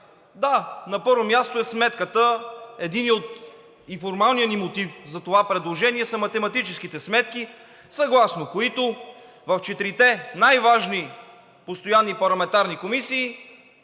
Да, на първо място е сметката. Формалният ни мотив за това предложение са математическите сметки, съгласно които в четирите най-важни постоянни парламентарни комисии